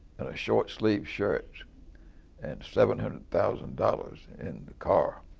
and a short sleeved shirt and seven hundred thousand dollars in the car.